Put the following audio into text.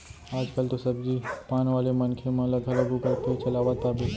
आज कल तो सब्जी पान वाले मनखे मन ल घलौ गुगल पे चलावत पाबे